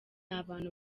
abantu